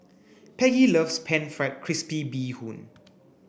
Peggy loves pan fried crispy Bee Hoon